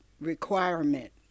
requirement